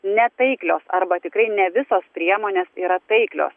ne taiklios arba tikrai ne visos priemonės yra taiklios